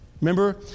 Remember